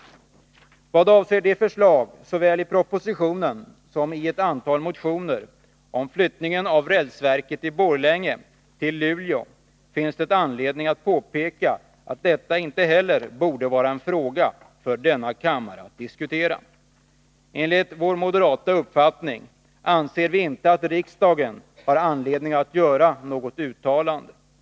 Vad avser de förslag som framförs såväl i propositionen som i ett antal motioner om flyttning av rälsverket i Borlänge till Luleå finns det anledning att påpeka att detta inte heller borde vara en fråga för denna kammare att diskutera. Vi moderater anser inte att riksdagen har anledning att göra något uttalande i denna fråga.